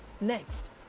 next